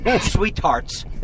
Sweethearts